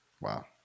Wow